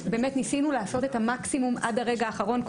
ניסינו לעשות את המקסימום עד הרגע האחרון,